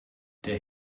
der